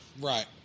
Right